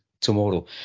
tomorrow